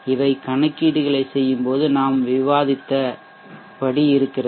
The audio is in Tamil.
இவை கணக்கீடுகளைச் செய்யும்போது நாம் விவாதித்தபடி இருக்கிறது